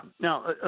Now